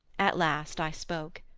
at last i spoke.